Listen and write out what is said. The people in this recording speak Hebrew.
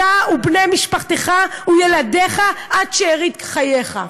אתה ובני משפחתך וילדיך עד שארית חייך.